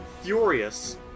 furious